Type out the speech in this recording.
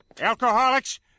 alcoholics